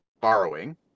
borrowing